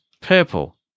Purple